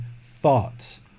thoughts